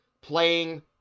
playing